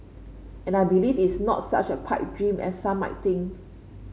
and I believe it's not such a pipe dream as some might think